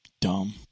Dumb